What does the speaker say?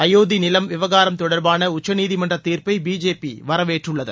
அயோத்தி நிலம் விவகாரம் தொடர்பான உச்சநீதிமன்றத் தீர்ப்பை பிஜேபி வரவேற்றுள்ளது